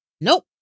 Nope